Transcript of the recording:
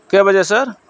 کے بجے سر